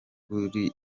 kuri